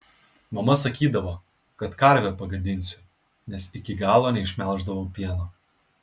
mama sakydavo kad karvę pagadinsiu nes iki galo neišmelždavau pieno